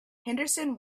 henderson